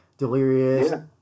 delirious